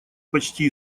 почти